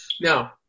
Now